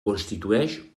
constitueix